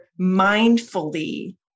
mindfully